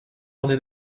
orné